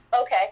Okay